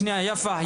שנייה, יפה.